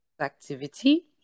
activity